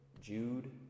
Jude